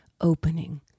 opening